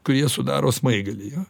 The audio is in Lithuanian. kurie sudaro smaigalį jo